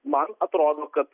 man atrodo kad